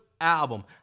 album